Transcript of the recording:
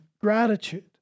gratitude